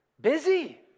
busy